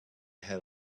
had